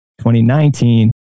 2019